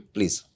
Please